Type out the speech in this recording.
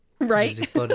right